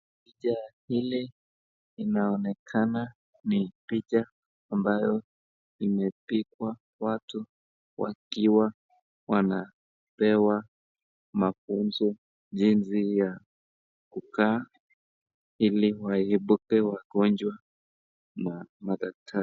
Picha hili linaonekana ni picha ambayo imepigwa watu wakiwa wanapewa mafunzo jinsi ya kukaa ili waliopewa wagonjwa na madaktari.